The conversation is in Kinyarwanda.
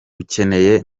dukeneye